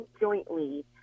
jointly